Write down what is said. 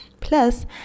Plus